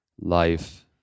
life